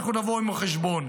ואנחנו נבוא עימו חשבון.